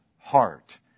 heart